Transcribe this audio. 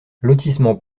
lotissement